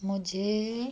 मुझे